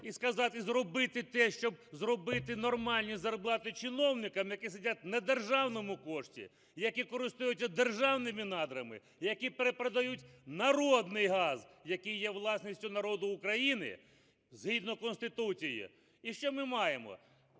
і сказати зробити те, щоб зробити нормальні зарплати чиновникам, які сидять на державному кошті, які користуються державними надрами, які перепродають народний газ, який є власністю народу України, згідно Конституції? І що ми маємо?..